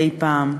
שנחקקו אי-פעם.